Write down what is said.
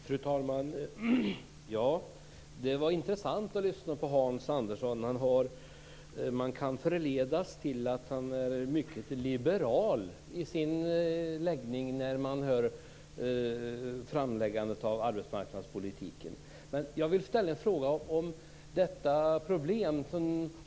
Fru talman! Det var intressant att lyssna på Hans Andersson. Man kan förledas att tro att han är mycket liberal i sin läggning när man hör framläggandet av arbetsmarknadspolitiken.